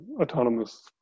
autonomous